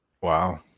Wow